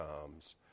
comes